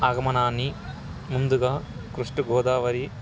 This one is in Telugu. ఆగమనాని ముందుగా కృష్ణ గోదావరి